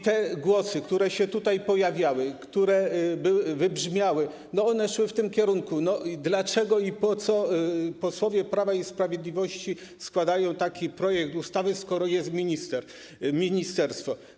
Te głosy, które się tutaj pojawiały, które wybrzmiały, szły w tym kierunku - dlaczego i po co posłowie Prawa i Sprawiedliwości składają taki projekt ustawy, skoro jest minister, ministerstwo.